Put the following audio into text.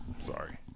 sorry